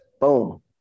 Boom